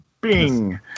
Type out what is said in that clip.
Bing